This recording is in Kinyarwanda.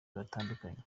batandukanye